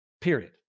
period